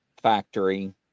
factory